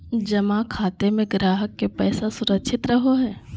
जमा खाते में ग्राहक के पैसा सुरक्षित रहो हइ